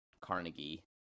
Carnegie